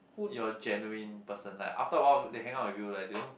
you're a genuine person like after a while they hang out with you like they don't